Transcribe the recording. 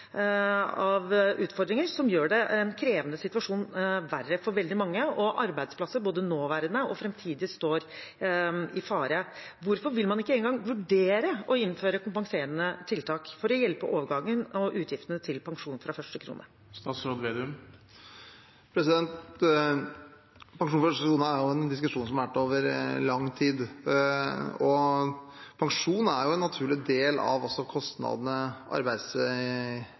utfordringer som gjør en krevende situasjon verre for veldig mange, og arbeidsplasser, både nåværende og framtidige, står i fare. Hvorfor vil man ikke engang vurdere å innføre kompenserende tiltak for å hjelpe til med overgangen og utgiftene til pensjon fra første krone? Pensjon fra første krone er en diskusjon som har vært over lang tid, og pensjon er en naturlig del av kostnadene